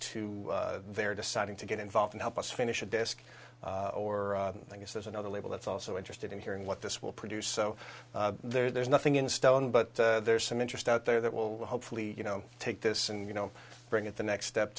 to their deciding to get involved and help us finish a desk or i guess that's another label that's also interested in hearing what this will produce so there's nothing in stone but there's some interest out there that will hopefully you know take this and you know bring it the next step